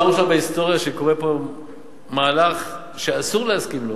פעם ראשונה בהיסטוריה שקורה פה מהלך שאסור להסכים לו,